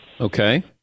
okay